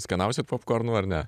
skanausit popkornų ar ne